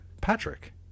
Patrick